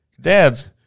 Dad's